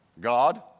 God